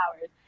hours